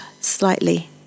slightly